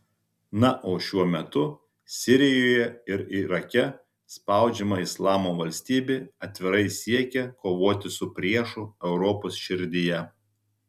na o šiuo metu sirijoje ir irake spaudžiama islamo valstybė atvirai siekia kovoti su priešu europos širdyje